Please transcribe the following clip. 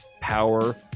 power